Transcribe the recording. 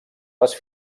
les